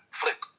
flip